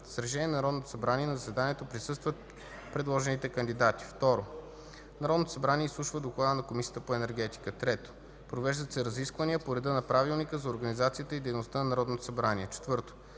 С решение на Народното събрание на заседанието присъстват предложените кандидати. 2. Народното събрание изслушва доклада на Комисията по енергетика. 3. Провеждат се разисквания по реда на Правилника за организацията и дейността на Народното събрание. 4.